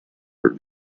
for